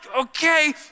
Okay